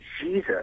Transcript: jesus